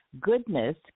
goodness